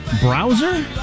browser